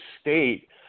State